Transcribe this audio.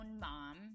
mom